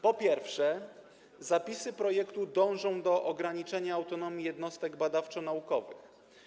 Po pierwsze, zapisy projektu dążą do ograniczenia autonomii jednostek badawczo-naukowych.